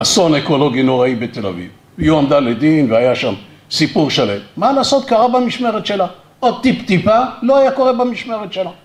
אסון אקולוגי נוראי בתל אביב. היא הועמדה לדין והיה שם סיפור שלם. מה לעשות קרה במשמרת שלה? עוד טיפ טיפה לא היה קורה במשמרת שלה.